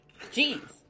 Jeez